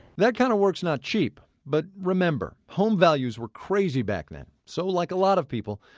that kind of work's not cheap. but remember, home values were crazy back then. so like a lot of people,